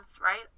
right